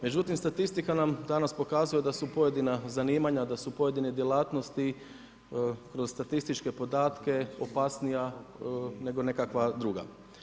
Međutim statistika nam danas pokazuje da su pojedina zanimanja, da su pojedine djelatnosti kroz statističke podatke opasnija nego nekakva druga.